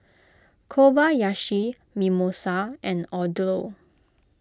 Kobayashi Mimosa and Odlo